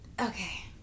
Okay